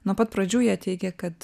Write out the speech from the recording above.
nuo pat pradžių jie teigė kad